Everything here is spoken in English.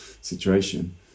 situation